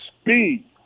speed